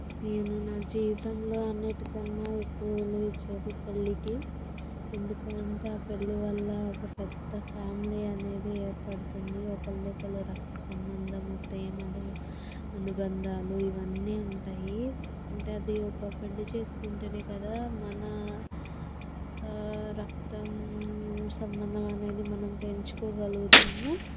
నేను నా జీవితంలో అన్నిటికన్నా ఎక్కువ విలువ ఇచ్చేది పెళ్లికి ఎందుకు అంటే ఆ పెళ్లి వల్ల ఒక పెద్ద ఫ్యామిలీ అనేది ఏర్పడుతుంది ఒక్కొక్కళ్ళు రక్తసంబంధం ప్రేమలు అనుబంధాలు ఇవన్నీ ఉంటాయి అంటే అది ఒక పెళ్లి చేసుకుంటేనే కదా మన రక్తం సంబంధం అనేది మనం పెంచుకోగలుగుతాము